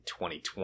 2020